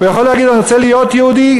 הוא יכול להגיד: אני רוצה להיות יהודי,